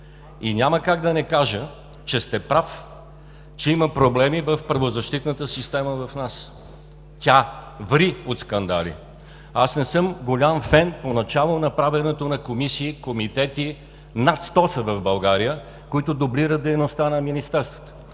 И няма как да не кажа, че сте прав, че има проблеми в правозащитната система у нас. Тя ври от скандали. Аз не съм голям фен поначало на правенето на комисии, комитети – над сто са в България, които дублират дейността на министерствата.